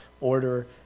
order